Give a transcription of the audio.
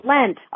Lent